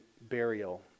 burial